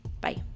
bye